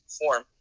perform